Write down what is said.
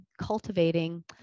cultivating